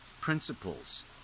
principles